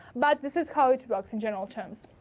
but this is how it works in general terms.